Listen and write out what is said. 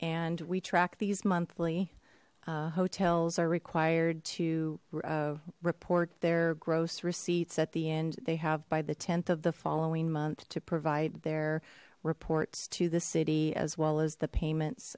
and we track these monthly hotels are required to report their gross receipts at the end they have by the th of the following month to provide their reports to the city as well as the payments